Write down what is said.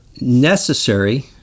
necessary